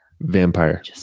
vampire